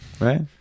right